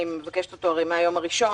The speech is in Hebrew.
אני מבקשת אותו הרי מן היום הראשון.